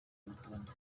rutonde